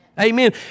Amen